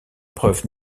preuve